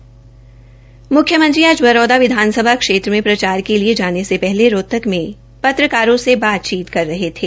म्ख्यमंत्री आ बरौदा विधानसभा क्षेत्र में प्रचार के लिए थाने से पहले रोहतक में पत्रकारों से बातचीत कर रहे थे